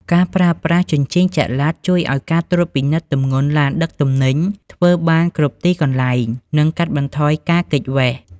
ការប្រើប្រាស់ "ជញ្ជីងចល័ត" ជួយឱ្យការត្រួតពិនិត្យទម្ងន់ឡានដឹកទំនិញធ្វើបានគ្រប់ទីកន្លែង និងកាត់បន្ថយការគេចវេស។